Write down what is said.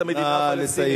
את המדינה הפלסטינית.